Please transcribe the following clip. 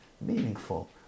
meaningful